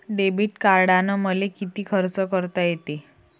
Debit कार्डानं मले किती खर्च करता येते?